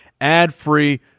ad-free